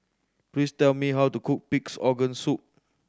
please tell me how to cook Pig's Organ Soup